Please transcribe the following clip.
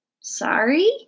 Sorry